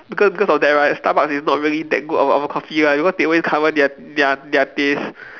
because because of that right Starbucks is not really that good of of a coffee right because they only cover their their their taste